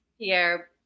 Pierre